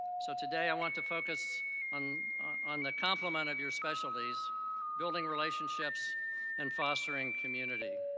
so today i want to focus on on the complement of your specialties building relationships and fostering community.